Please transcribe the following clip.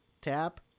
Tap